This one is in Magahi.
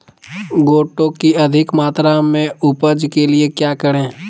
गोटो की अधिक मात्रा में उपज के लिए क्या करें?